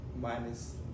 minus